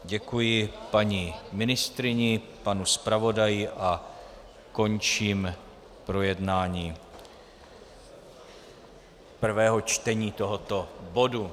Děkuji paní ministryni, panu zpravodaji a končím projednání prvého čtení tohoto bodu.